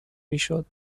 میشد